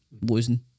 losing